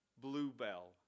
bluebell